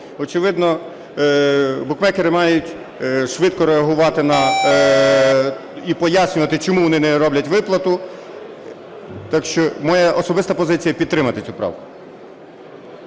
Очевидно, букмекери мають швидко реагувати і пояснювати, чому вони не роблять виплату. Так що моя особиста позиція – підтримати цю правку,